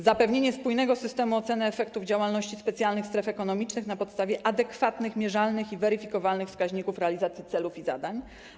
Zapewnienie spójnego systemu oceny efektów działalności specjalnych stref ekonomicznych na podstawie adekwatnych, mierzalnych i weryfikowalnych wskaźników realizacji celów i zadań.